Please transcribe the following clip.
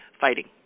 fighting